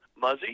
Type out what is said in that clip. Muzzy